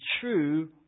true